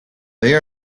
they